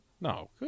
No